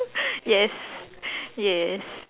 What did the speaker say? yes yes